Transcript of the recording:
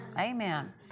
Amen